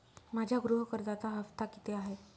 माझ्या गृह कर्जाचा हफ्ता किती आहे?